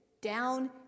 down